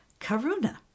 karuna